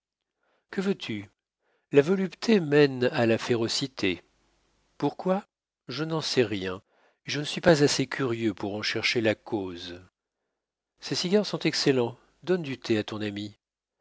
que veux-tu la volupté mène à la férocité pourquoi je n'en sais rien et je ne suis pas assez curieux pour en chercher la cause ces cigares sont excellents donne du thé à ton ami